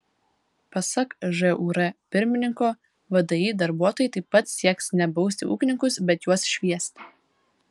pasak žūr pirmininko vdi darbuotojai taip pat sieks ne bausti ūkininkus bet juos šviesti